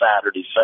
Saturday